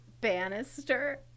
Bannister